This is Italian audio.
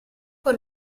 con